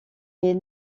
est